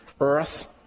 Earth